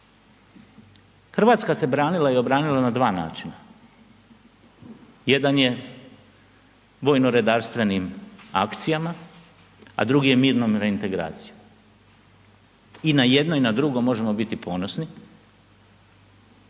RH se branila i obranila na dva načina. Jedan je vojno redarstvenim akcijama, a drugi je mirnom reintegracijom. I na jedno i na drugo možemo biti ponosni